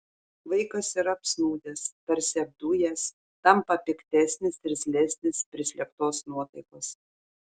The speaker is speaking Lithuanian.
vaikas yra apsnūdęs tarsi apdujęs tampa piktesnis irzlesnis prislėgtos nuotaikos